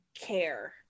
care